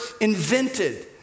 invented